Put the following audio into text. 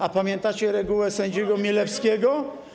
A pamiętacie regułę sędziego Milewskiego?